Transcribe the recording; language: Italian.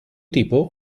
tipo